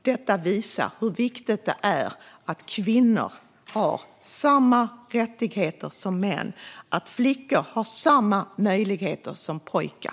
Detta visar hur viktigt det är att kvinnor har samma rättigheter som män och att flickor har samma möjligheter som pojkar.